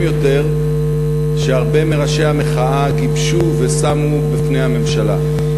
יותר שהרבה מראשי המחאה גיבשו ושמו בפני הממשלה.